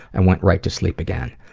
i went right to sleep again.